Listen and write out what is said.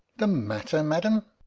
the matter, madam?